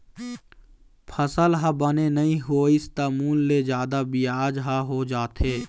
फसल ह बने नइ होइस त मूल ले जादा बियाज ह हो जाथे